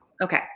Okay